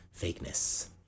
fakeness